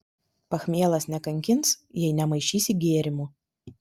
pachmielas nekankins jei nemaišysi gėrimų